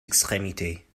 extrémités